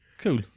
cool